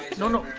no no.